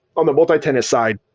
on the multi-tenant side,